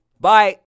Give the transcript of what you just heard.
Bye